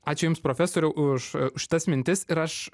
ačiū jums profesoriau už šitas mintis ir aš